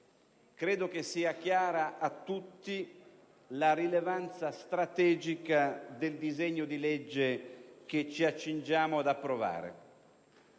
credo che sia chiara a tutti la rilevanza strategica del disegno di legge che ci accingiamo ad approvare: